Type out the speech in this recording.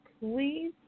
please